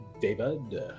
David